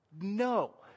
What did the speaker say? No